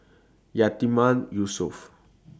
Yatiman Yusof